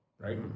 right